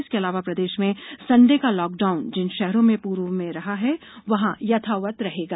इसके अलावा प्रदेश में संडे का लॉकडाउन जिन शहरों में पूर्व में रहा है वहां यथावत रहेगा